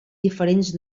diferents